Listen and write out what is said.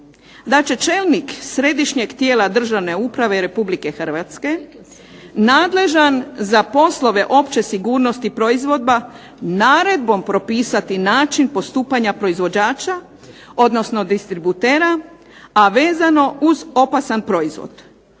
da će čelnik središnjeg tijela Državne uprave RH nadležan za poslove opće sigurnosti proizvoda naredbom propisati način postupanja proizvođača, odnosno distributera, a vezano uz opasan proizvod